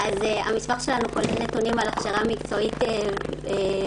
לפי נתוני הלמ"ס,